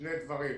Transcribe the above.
שני דברים: